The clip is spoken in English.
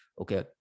okay